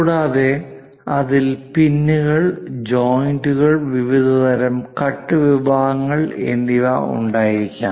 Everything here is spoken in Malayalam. കൂടാതെ അതിൽ പിന്നുകൾ ജോയിന്റുകൾ വിവിധതരം കട്ട് വിഭാഗങ്ങൾ എന്നിവ ഉണ്ടായിരിക്കാം